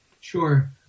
Sure